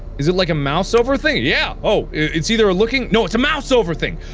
is it like a mouse over thing? yeah! oh it's either a looking no it's a mouseover thing!